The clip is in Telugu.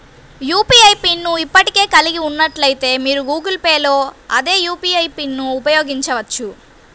యూ.పీ.ఐ పిన్ ను ఇప్పటికే కలిగి ఉన్నట్లయితే, మీరు గూగుల్ పే లో అదే యూ.పీ.ఐ పిన్ను ఉపయోగించవచ్చు